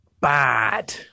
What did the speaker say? bad